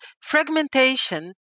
fragmentation